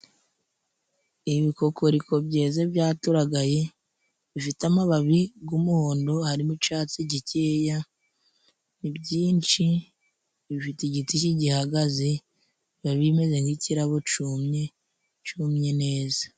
Ibikokoriko byeze byaturaragaye bifite amababi y'umuhondo harimo icyatsi gikeya, ni byinshi bifite igiti kigihagaze biba bimeze nk'ikirabo cumye, cumye neza.